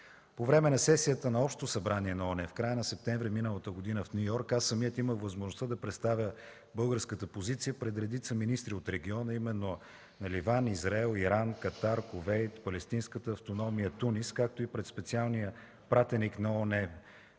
По време на сесията на Общото събрание на ООН в края на септември миналата година в Ню Йорк аз самият имах възможността да представя българската позиция пред редица министри от региона, а именно на Ливан, Израел, Иран, Катар, Кувейт, Палестинската автономия, Тунис, както и пред специалния пратеник на ООН